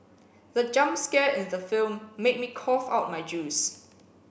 the jump scare in the film made me cough out my juice